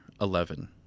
eleven